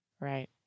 Right